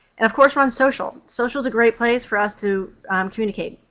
and, of course, we're on social. social's a great place for us to communicate.